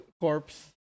corpse